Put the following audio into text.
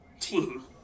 team